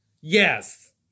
Yes